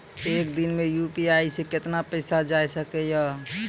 एक दिन मे यु.पी.आई से कितना पैसा जाय सके या?